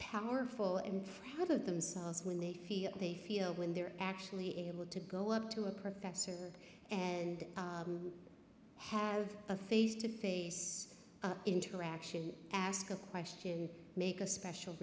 powerful and have of themselves when they feel they feel when they're actually able to go up to a professor and have a face to face interaction ask a question make a special